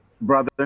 brother